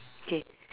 okay